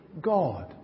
God